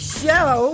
show